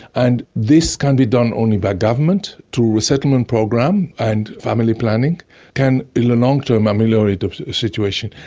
and this can be done only by government through resettlement programs and family planning can in the long term ameliorate the situation.